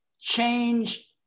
change